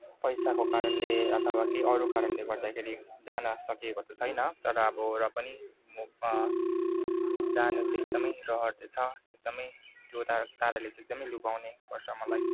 पैसाको कारणले अथवा केही अरू कारणले गर्दाखेरि जान सकिएको त छैन तर अब र पनि म जानु चाहिँ एकदमै रहर चाहिँ छ एकदमै त्यो तारा ताराले चाहिँ एकदमै लोभ्याउने गर्छ मलाई